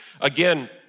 Again